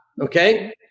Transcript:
Okay